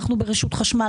אנחנו ברשות החשמל,